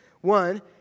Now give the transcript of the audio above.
One